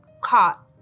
caught